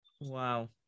Wow